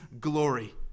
glory